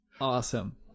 Awesome